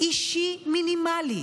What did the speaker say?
אישי מינימלי,